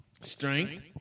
strength